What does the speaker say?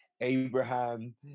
abraham